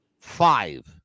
Five